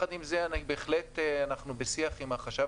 יחד עם זה אנחנו בהחלט בשיח עם החשב